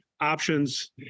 options